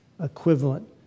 equivalent